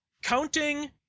Counting